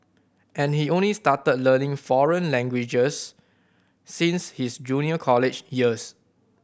and he only started learning foreign languages since his junior college years